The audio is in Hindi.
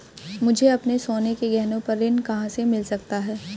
मुझे अपने सोने के गहनों पर ऋण कहां से मिल सकता है?